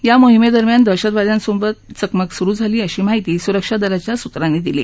या मोहीमेदरम्यानच दहशतवाद्यांसोबत चकमक सुरु झाली अशी माहिती सुरक्षा दलाच्या सुत्रांनी दिली